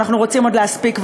ואנחנו רוצים עוד להספיק,